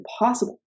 impossible